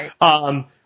Right